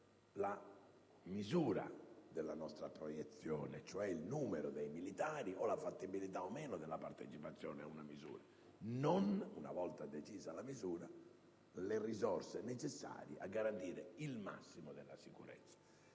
la misura della nostra proiezione, cioè il numero dei militari o la fattibilità della partecipazione ad una misura, non, una volta decisa la misura, le risorse necessarie a garantire il massimo della sicurezza.